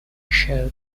show